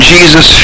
Jesus